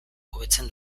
hobetzen